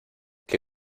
que